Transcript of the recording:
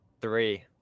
three